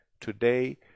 Today